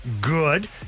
good